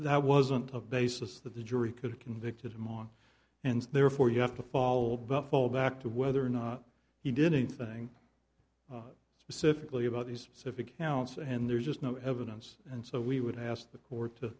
that wasn't a basis that the jury could have convicted him on and therefore you have to fall but fall back to whether or not he did anything specifically about the specific counts and there's just no evidence and so we would ask the court